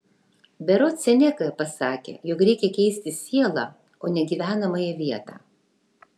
berods seneka pasakė jog reikia keisti sielą o ne gyvenamąją vietą